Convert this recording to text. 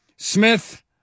Smith